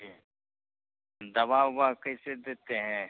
जी दवा उआ कैसी देते हैं